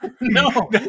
no